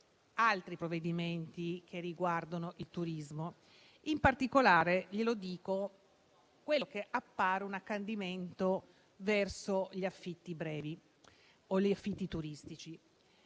altri provvedimenti che riguardano il turismo, in particolare quello che appare un accanimento verso gli affitti brevi o gli affitti turistici.